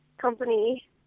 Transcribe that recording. company